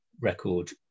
record